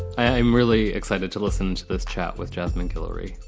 i'm really excited to listen to this chat with jasmine hillary